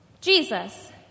Jesus